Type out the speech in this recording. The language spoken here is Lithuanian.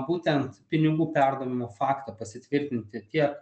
būtent pinigų perdavimo faktą pasitvirtinti tiek